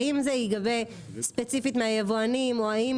האם זה ייגבה ספציפית מהיבואנים או האם